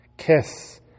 kiss